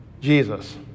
Jesus